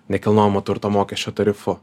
nekilnojamo turto mokesčio tarifu